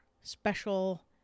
special